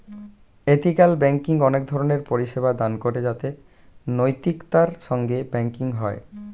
ethical banking অনেক ধরণের পরিষেবা দান করে যাতে নৈতিকতার সঙ্গে ব্যাঙ্কিং হয়